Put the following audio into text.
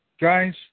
guys